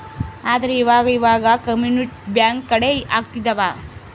ಆದ್ರೆ ಈವಾಗ ಇವಾಗ ಕಮ್ಯುನಿಟಿ ಬ್ಯಾಂಕ್ ಕಡ್ಮೆ ಆಗ್ತಿದವ